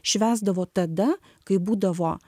švęsdavo tada kai būdavo